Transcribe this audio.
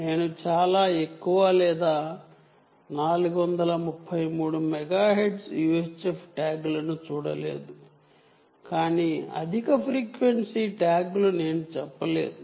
నేను లేదా 433 megahertz UHF ట్యాగ్లను చాలా ఎక్కువగా చూడలేదు కాని హై ఫ్రీక్వెన్సీ ట్యాగ్లు నేను చెప్పలేదు